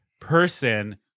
person